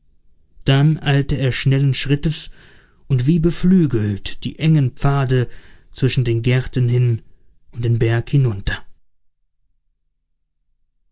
dann eilte er schnellen schrittes und wie beflügelt die engen pfade zwischen den gärten hin und den berg hinunter